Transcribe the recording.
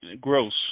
Gross